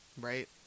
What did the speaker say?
Right